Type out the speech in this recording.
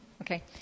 Okay